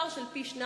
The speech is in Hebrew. פער של פי-שניים,